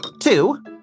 two